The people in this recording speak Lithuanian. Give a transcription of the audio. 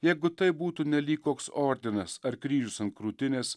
jeigu tai būtų nelyg koks ordinas ar kryžius ant krūtinės